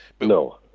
no